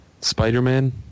Spider-Man